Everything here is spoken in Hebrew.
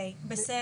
קיי, בסדר.